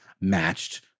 matched